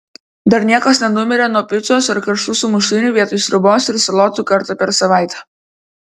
dar niekas nenumirė nuo picos ar karštų sumuštinių vietoj sriubos ir salotų kartą per savaitę